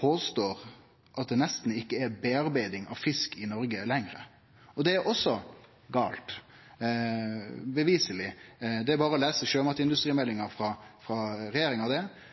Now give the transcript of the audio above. påstår ein at det nesten ikkje er tilverking av fisk i Noreg lenger. Det er også påviseleg gale; det er berre å lese sjømatindustrimeldinga frå regjeringa. Det